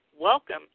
Welcome